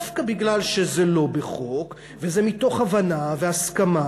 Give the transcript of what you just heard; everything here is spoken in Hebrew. דווקא מכיוון שזה לא בחוק, וזה מתוך הבנה והסכמה,